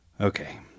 Okay